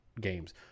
games